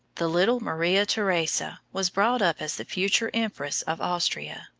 the little maria theresa was brought up as the future empress of austria.